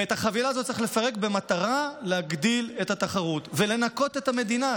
ואת החבילה הזו צריך לפרק במטרה להגדיל את התחרות ולנקות את המדינה.